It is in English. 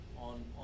on